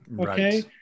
Okay